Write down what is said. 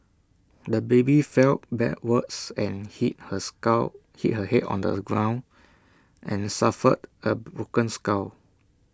the baby fell backwards and hit her hit her Head on the ground and suffered A broken skull